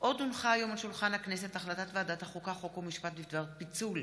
נורית קורן,